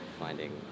finding